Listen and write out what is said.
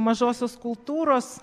mažosios kultūros